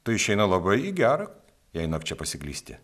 tai išeina labai į gera jei nakčia pasiklysti